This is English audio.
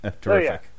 Terrific